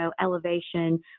elevation